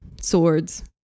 swords